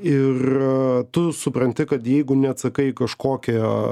ir tu supranti kad jeigu neatsakai kažkokią